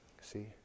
see